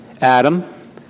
Adam